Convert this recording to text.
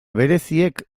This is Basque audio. bereziek